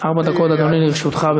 ארבע דקות, אדוני, לרשותך.